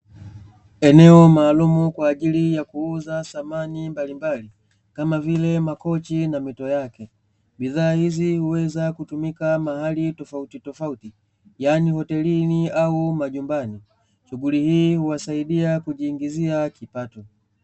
Eneo maalumu kwaajili ya kuuza samani mbalimbali kama vile makochi na mito yake, bidhaa hizi huweza kutumika mahali tofauti tofauti yaani hotelini au majumbani, shughuli hii huwasaidia kujiingizia kipato.